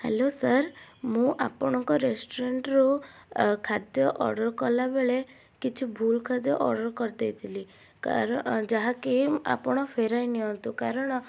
hello sir ମୁଁ ଆପଣଙ୍କ ରେଷ୍ଟୁରାଣ୍ଟରୁ ଖାଦ୍ୟ ଅର୍ଡ଼ର କଲାବେଳେ କିଛି ଭୁଲ୍ ଖାଦ୍ୟ ଅର୍ଡ଼ର କରିଦେଇଥିଲି ଯାହାକି ଆପଣ ଫେରାଇନିଅନ୍ତୁ କାରଣ